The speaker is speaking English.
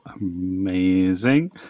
amazing